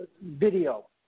video